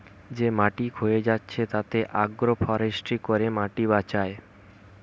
যে মাটি ক্ষয়ে যাচ্ছে তাতে আগ্রো ফরেষ্ট্রী করে মাটি বাঁচায়